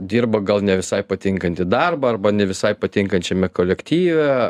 dirba gal ne visai patinkantį darbą arba ne visai patinkančiame kolektyve